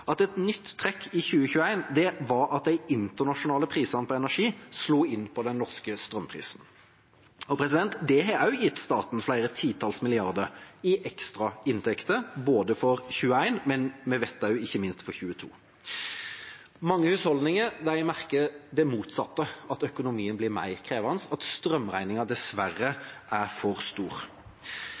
at et nytt trekk i 2021 var at de internasjonale prisene på energi slo inn på den norske strømprisen. Det har også gitt staten flere titalls milliarder i ekstrainntekter, både for 2021 og vi vet ikke minst for 2022. Mange husholdninger merker det motsatte, at økonomien blir mer krevende, at strømregningen dessverre er for stor.